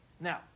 Now